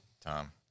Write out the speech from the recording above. Tom